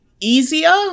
easier